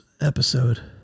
episode